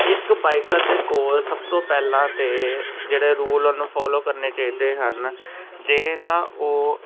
ਇੱਕ ਬਾਈਕਰ ਦੇ ਕੋਲ ਸਭ ਤੋਂ ਪਹਿਲਾਂ ਤਾਂ ਜਿਹੜੇ ਰੂਲ ਉਹਨੂੰ ਫੋਲੋ ਕਰਨੇ ਚਾਹੀਦੇ ਹਨ ਜੇ ਤਾਂ ਉਹ